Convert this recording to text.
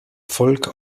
folk